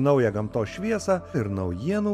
naują gamtos šviesą ir naujienų